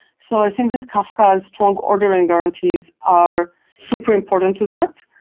so i think that kafka's strong ordering guarantees are super important to that,